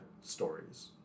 stories